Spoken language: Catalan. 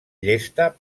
llesta